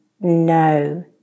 no